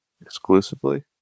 exclusively